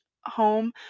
home